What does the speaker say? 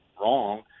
wrong